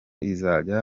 izajya